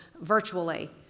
virtually